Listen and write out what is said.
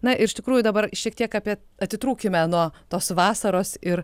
na ir iš tikrųjų dabar šiek tiek apie atitrūkime nuo tos vasaros ir